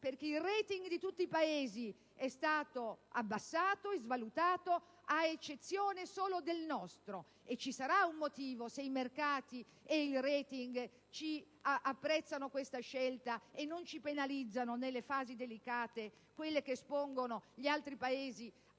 che il *rating* di tutti i Paesi è stato abbassato e svalutato ad eccezione del nostro. Ci sarà un motivo se i mercati ed il *rating* apprezzano questa scelta e non ci penalizzano nelle fasi delicate, quelle che espongono altri Paesi a